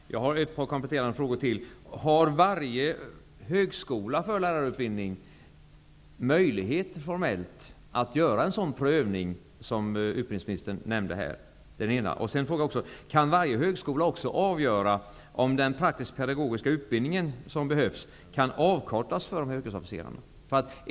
Värderade talman! Jag har ett par kompletterande frågor: 1. Har varje högskola för lärarutbildning formellt sett möjligheter att göra en prövning av det slag som utbildningsministern här nämnde? 2. Kan varje högskola också avgöra om den praktisk-pedagogiska utbildning som behövs kan avkortas för de här yrkesofficerarna?